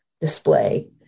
display